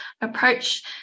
approach